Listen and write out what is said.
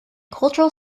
cultural